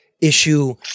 issue